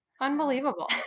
unbelievable